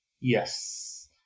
Yes